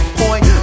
point